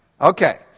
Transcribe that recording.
Okay